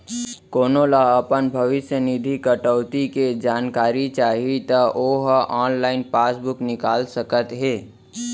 कोनो ल अपन भविस्य निधि कटउती के जानकारी चाही त ओ ह ऑनलाइन पासबूक निकाल सकत हे